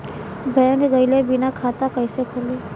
Bank गइले बिना खाता कईसे खुली?